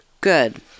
good